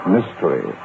Mystery